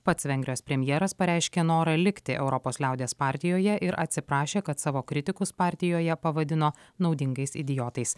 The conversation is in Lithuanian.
pats vengrijos premjeras pareiškė norą likti europos liaudies partijoje ir atsiprašė kad savo kritikus partijoje pavadino naudingais idiotais